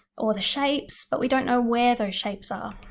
or the shapes, but we don't know where those shapes are,